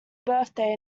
birthday